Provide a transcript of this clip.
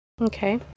Okay